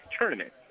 tournament